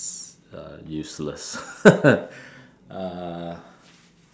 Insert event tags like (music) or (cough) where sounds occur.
uh useless (laughs) uh